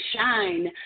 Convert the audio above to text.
shine